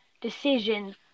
decision